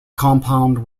compound